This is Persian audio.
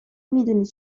میدونی